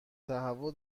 تهوع